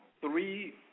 three